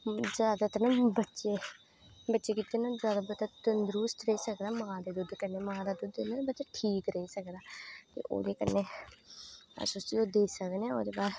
ज्यादातर ना बच्चे बच्चे गिते ना ज्यादा बच्चा तंदरुस्त रेई सके मां दे दुद्ध कन्ने मां दा दुद्ध बच्चा ठीक रेही सकदा ओहदे कन्नै अस उसी ओह् देई सकने आं ओहदे बाद